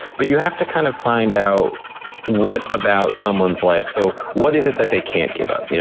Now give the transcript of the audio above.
but you have to kind of find out what about someone's life, so, what is it that they can't give up? you know